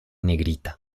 negrita